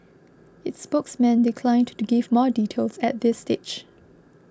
its spokesman declined to give more details at this stage